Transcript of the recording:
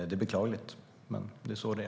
Det är beklagligt. Men det är så det är.